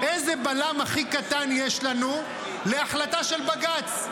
איזה בלם הכי קטן יש לנו להחלטה של בג"ץ?